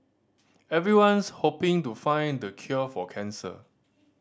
everyone's hoping to find the cure for cancer